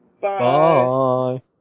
Bye